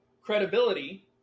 credibility